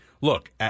Look